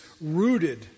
rooted